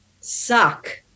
suck